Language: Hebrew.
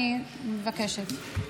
אני מבקשת.